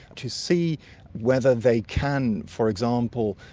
to see whether they can, for example,